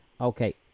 Okay